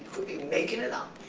making it up.